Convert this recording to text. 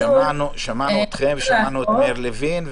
שמענו אתכם ושמענו את מאיר לוין.